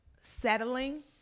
settling